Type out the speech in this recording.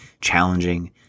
challenging